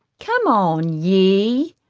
come on ye!